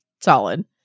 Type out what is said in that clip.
solid